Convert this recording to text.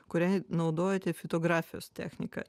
kuriai naudojate fitografijos techniką